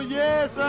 yes